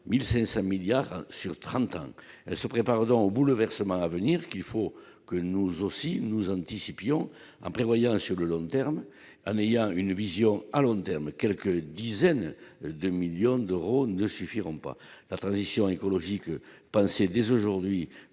1500 milliards sur 30 ans ce prépare pardon aux bouleversements à venir qu'il faut que nous aussi nous anticipions en prévoyant sur le long terme, Anne, il y a une vision à long terme, quelques dizaines de millions d'euros ne suffiront pas, la transition écologique penser dès aujourd'hui